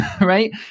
right